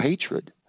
hatred